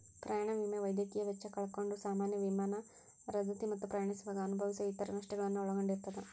ಪ್ರಯಾಣ ವಿಮೆ ವೈದ್ಯಕೇಯ ವೆಚ್ಚ ಕಳ್ಕೊಂಡ್ ಸಾಮಾನ್ಯ ವಿಮಾನ ರದ್ದತಿ ಮತ್ತ ಪ್ರಯಾಣಿಸುವಾಗ ಅನುಭವಿಸೊ ಇತರ ನಷ್ಟಗಳನ್ನ ಒಳಗೊಂಡಿರ್ತದ